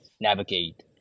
navigate